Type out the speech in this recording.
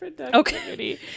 okay